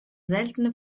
seltene